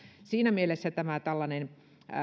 siinä mielessä tällainen